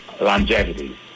longevity